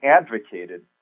advocated